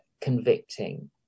convicting